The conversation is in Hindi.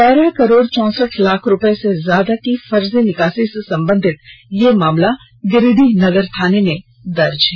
ग्यारह करोड चौसठ लाख से ज्यादा रूपयों की फर्जी निकासी से सम्बंधित यह मामला गिरिडीह नगर थाने में दर्ज है